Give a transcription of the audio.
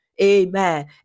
Amen